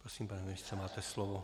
Prosím, pane ministře, máte slovo.